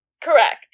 Correct